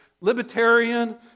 libertarian